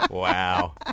Wow